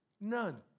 none